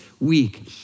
week